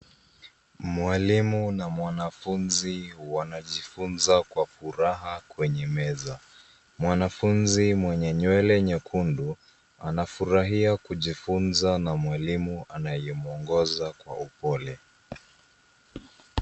Mwalimu na mwanafunzi wanajifunza kwa furaha kwenye meza. Mwanafunzi mwenye nywele nyekundu anafurahia kujifunza na mwalimu anayemwongoza kwa upole.